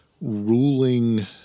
ruling